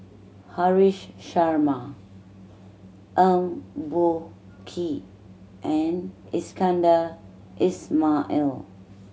Haresh Sharma Eng Boh Kee and Iskandar Ismail